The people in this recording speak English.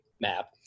map